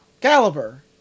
Caliber